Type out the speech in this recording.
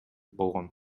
болгон